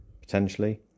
potentially